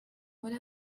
would